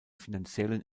finanziellen